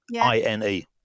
I-N-E